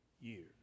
years